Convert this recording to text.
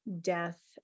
death